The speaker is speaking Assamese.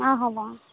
অঁ হ'ব অঁ